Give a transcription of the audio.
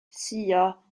suo